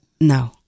No